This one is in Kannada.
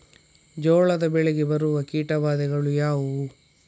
ಜೋಳದ ಬೆಳೆಗೆ ಬರುವ ಕೀಟಬಾಧೆಗಳು ಯಾವುವು?